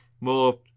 more